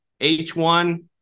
H1